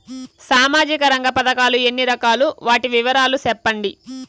సామాజిక రంగ పథకాలు ఎన్ని రకాలు? వాటి వివరాలు సెప్పండి